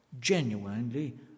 genuinely